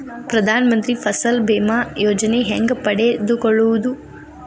ಪ್ರಧಾನ ಮಂತ್ರಿ ಫಸಲ್ ಭೇಮಾ ಯೋಜನೆ ಹೆಂಗೆ ಪಡೆದುಕೊಳ್ಳುವುದು?